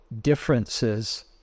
differences